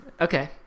Okay